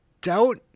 doubt